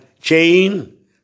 chain